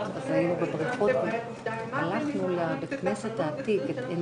ואתם תצטרכו לעשות את זה.